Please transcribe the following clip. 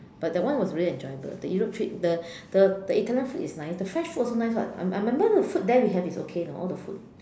but that one was really enjoyable the Europe trip the the Italian food is nice the French food is also nice [what] I remember the food there we have there is okay you know all the food